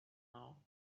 now